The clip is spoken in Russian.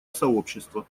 сообщества